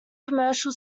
commercial